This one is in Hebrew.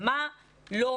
לדעתי,